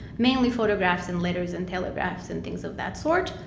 mainly photographs and letters and telegraphs and things of that sort.